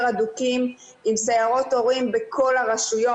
הדוקים עם סיירות הורים בכל הרשויות.